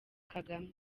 kagame